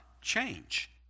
change